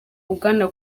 ugana